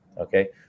okay